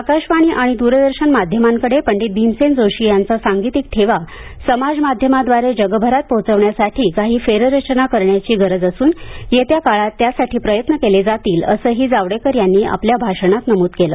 आकाशवाणी आणि द्ररदर्शन माध्यमांकडे पंडित भीमसेन जोशी यांचा सांगीतिक ठेवा समाज माध्यमाद्वारे जगभरात पोहोचवण्यासाठी काही फेररचना करण्याची गरज असून येत्या काळात त्यासाठी प्रयत्न केले जातील असंही जावडेकर यांनी आपल्या भाषणात नमूद केलं